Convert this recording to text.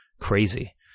crazy